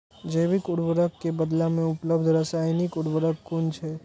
जैविक उर्वरक के बदला में उपलब्ध रासायानिक उर्वरक कुन छै?